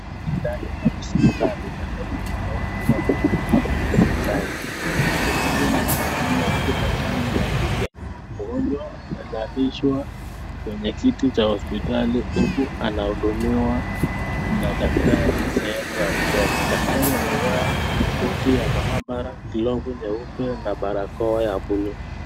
Ndani ya hospitali ambapo kuna watu wawili, mgonjwa na daktari, mgonjwa ni wa kiume huku daktari ni wa kike, mgonjwa amelalishwa kwenye kiti cha hospitali huku anahudumiwa na daktari sehemu ya mdomo, daktari amevaa koti ya maabara, glovu nyeupe na barakoa ya blu.